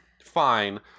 fine